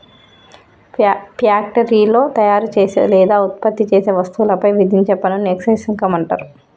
ఫ్యాక్టరీలో తయారుచేసే లేదా ఉత్పత్తి చేసే వస్తువులపై విధించే పన్నుని ఎక్సైజ్ సుంకం అంటరు